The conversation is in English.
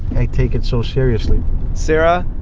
i take it so seriously sarah,